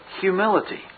humility